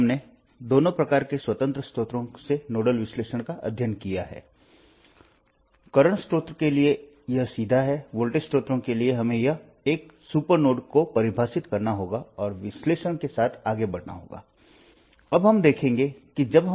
हमने नोडल विश्लेषण का अध्ययन किया है और देखा है कि विभिन्न स्थितियों में इसका उपयोग कैसे किया जाता है